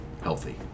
healthy